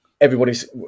everybody's